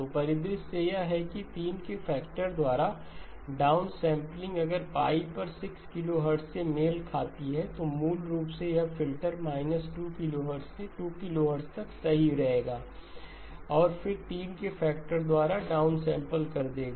तो परिदृश्य यह है कि 3 के फैक्टर द्वारा डाउन सैंपलिंग अगर पर 6 kHz से मेल खाती है तो मूल रूप से यह फ़िल्टर 2kHz से 2kHz तक सही रहेगा और फिर 3 के फैक्टर द्वारा डाउनसैंपल कर देगा